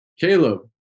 Caleb